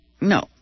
no